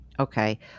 Okay